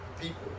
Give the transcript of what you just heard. people